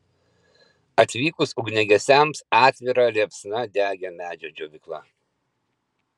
atvykus ugniagesiams atvira liepsna degė medžio džiovykla